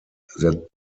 that